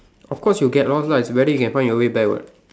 of course you'll get lost lah it's whether you can find your way back [what]